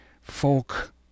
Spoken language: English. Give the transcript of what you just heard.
folk